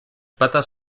patas